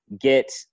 get